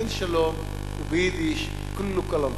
אין שלום, וביידיש: כולו כלאם פאד'י.